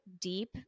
deep